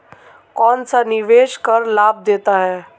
कौनसा निवेश कर लाभ देता है?